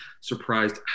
surprised